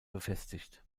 befestigt